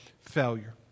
failure